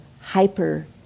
hyper